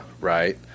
right